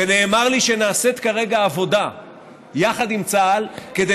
ונאמר לי שנעשית כרגע עבודה יחד עם צה"ל כדי